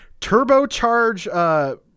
Turbocharge